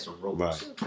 right